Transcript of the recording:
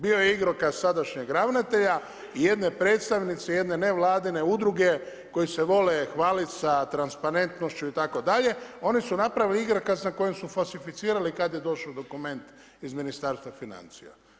Bio je igrokaz sadašnjeg ravnatelja i jedne predstavnice jedne nevladine udruge koji se vole hvaliti sa transparentnošću itd., oni su napravili igrokaz sa kojom su falsificirali kada je došao dokument iz Ministarstva financija.